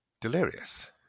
delirious